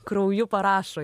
krauju parašo